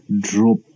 drop